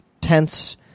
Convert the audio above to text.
tense